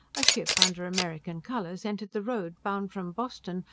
a ship, under american colours, entered the road, bound from boston,